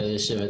גברתי היו"ר,